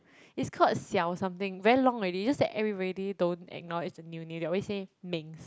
is called xiao something very long already is just that everybody don't acknowledge the new name they always say mengs